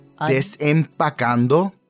Desempacando